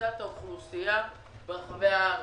ופריסת האוכלוסייה ברחבי הארץ.